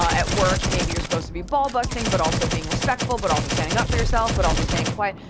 ah at work, maybe you're supposed to be ball busting but also being respectful but also standing up for yourself but also staying quiet.